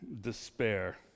Despair